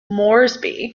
moresby